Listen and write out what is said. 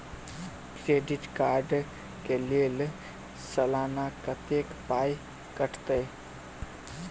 Credit card कऽ लेल सलाना कत्तेक पाई कटतै?